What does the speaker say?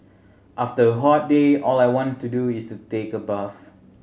after a hot day all I want to do is take a bath